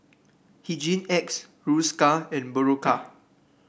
Hygin X Hiruscar and Berocca